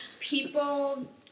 People